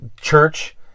Church